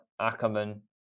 Ackerman